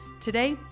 Today